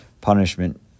punishment